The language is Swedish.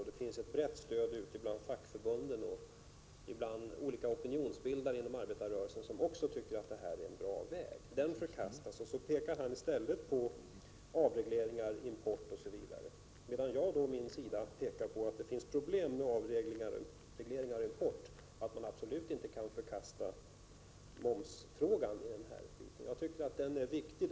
Det finns ett brett stöd för den tanke som där framförts ute bland fackförbunden och bland olika opinionsbildare inom arbetarrörelsen, som också tycker att det är en bra metod. Den förkastar löneministern, och i stället talar han om avregleringar, import, osv. Jag å min sida pekar på att det finns problem med avregleringar och import och hävdar att man absolut inte kan förkasta borttagande av momsen som ett medel att åstadkomma lägre matpriser.